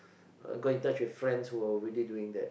got in touch with friends who were already doing that